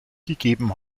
gegeben